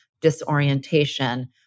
disorientation